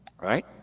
right